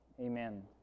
amen